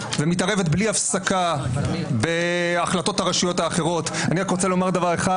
-- ההחלטות בבית הזה לא יהיו יותר בגדר המלצות -- אתה רוח התקופה.